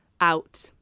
out